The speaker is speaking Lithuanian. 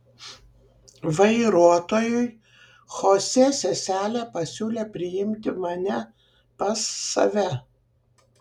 vairuotojui chosė seselė pasiūlė priimti mane pas save